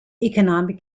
economic